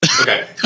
Okay